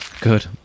Good